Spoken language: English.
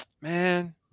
Man